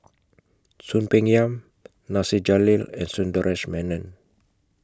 Soon Peng Yam Nasir Jalil and Sundaresh Menon